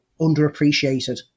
underappreciated